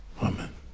Amen